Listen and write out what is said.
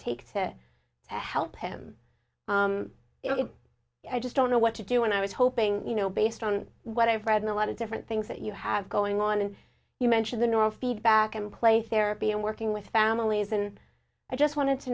take to help him i just don't know what to do and i was hoping you know based on what i've read in a lot of different things that you have going on and you mention the neural feedback and play therapy and working with families and i just wanted to